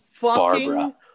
Barbara